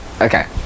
Okay